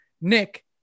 Nick